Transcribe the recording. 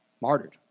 martyred